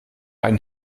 ein